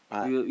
ah